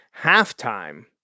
halftime